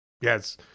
Yes